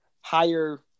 higher